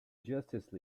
justice